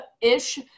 ish